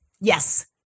Yes